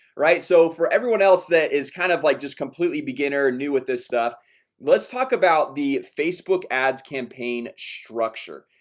right? so for everyone else that is kind of like just completely beginner and new with this stuff let's talk about the facebook ads campaign structure.